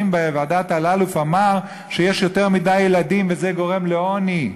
בוועדת אלאלוף אמר שיש יותר מדי ילדים וזה גורם לעוני.